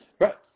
Right